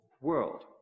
world